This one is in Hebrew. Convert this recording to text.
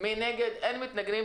אין מתנגדים.